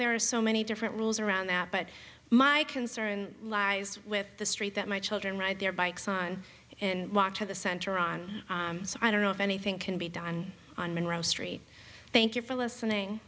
there are so many different rules around that but my concern lies with the street that my children ride their bikes on and walk to the center on so i don't know if anything can be done on monroe street thank you for listening